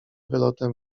wylotem